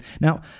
Now